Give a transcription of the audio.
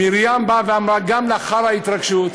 מרים באה ואמרה: גם לאחר ההתרגשות,